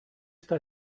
esta